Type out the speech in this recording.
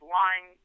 lying